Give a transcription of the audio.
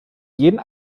jeden